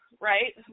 right